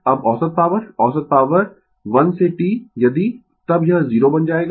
अब औसत पॉवर औसत पॉवर 1 से T यदि तब यह 0 बन जाएगा